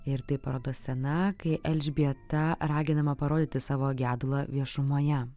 ir tai parodo scena kai elžbieta raginama parodyti savo gedulą viešumoje